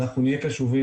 אנחנו נהיה קשובים,